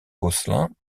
gosselin